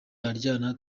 aharyana